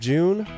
June